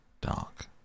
dark